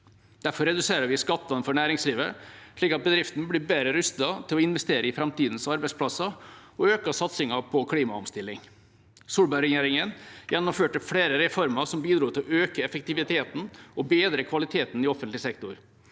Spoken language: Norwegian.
Derfor reduserer vi skattene for næringslivet slik at bedriftene blir bedre rustet til å investere i framtidas arbeidsplasser og øker satsingen på klimaomstilling. Solberg-regjeringa gjennomførte flere reformer som bidro til å øke effektiviteten og bedre kvaliteten i offentlig sektor.